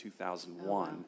2001